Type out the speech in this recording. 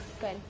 good